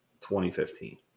2015